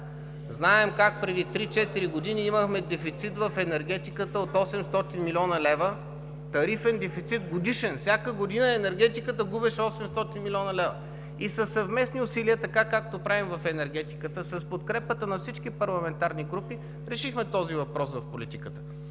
Знаем как преди три-четири години имахме дефицит в енергетиката от 800 млн. лв. – тарифен годишен дефицит! Всяка година енергетиката губеше 800 млн. лв. и със съвместни усилия, както правим в енергетиката, с подкрепата на всички парламентарни групи решихме този въпрос в енергетиката.